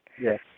Yes